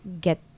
get